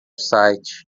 site